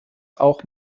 auch